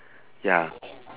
ya